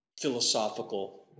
philosophical